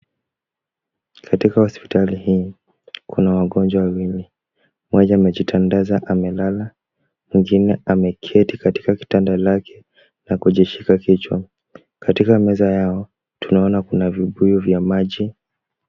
Katika hospitali hii, kuna wagonjwa wawili. Mmoja amejitandaza amelala, mwingine ameketi katika kitanda lake na kujishika kichwa. Katika meza yao tunaona kuna vibuyu vya maji.